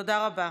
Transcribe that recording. תודה רבה.